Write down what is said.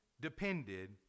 depended